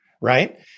right